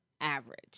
average